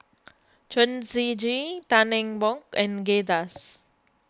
Chen Shiji Tan Eng Bock and Kay Das